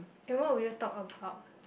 then what would you talk about